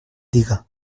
diga